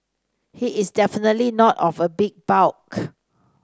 he is definitely not of a big bulk